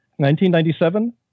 1997